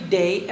day